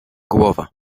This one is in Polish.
głowa